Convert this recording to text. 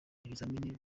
ibizamini